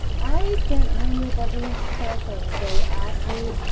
i get many buddies question, they asked me,